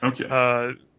Okay